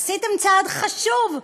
עשיתם צעד חשוב,